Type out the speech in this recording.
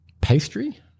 pastry